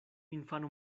infano